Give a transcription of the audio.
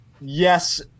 Yes